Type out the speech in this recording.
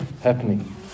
happening